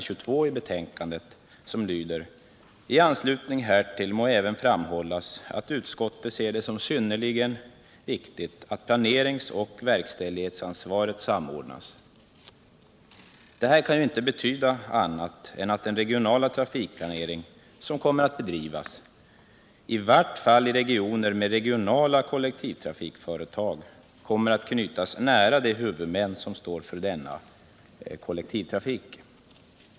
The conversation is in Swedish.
22i betänkandet som lyder: ”I anslutning härtill må även framhållas att utskottet ser det som synnerligen viktigt att planeringsoch verkställighetsansvaret samordnas.” Detta kan inte betyda annat än att den regionala trafikplanering som kommer att bedrivas, i vart fall i regioner med regionala kollektivtrafikföretag, kommer att knytas till de huvudmän som står för denna kollektivtrafik.